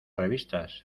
revistas